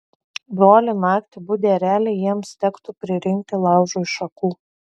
broli naktį budi ereliai jiems tektų pririnkti laužui šakų